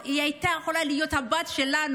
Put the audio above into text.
היא הייתה יכולה להיות הבת שלנו,